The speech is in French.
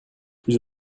plus